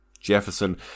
Jefferson